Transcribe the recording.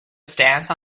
stance